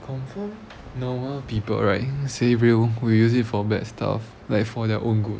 confirm normal people right say real will use it for bad stuff like for their own good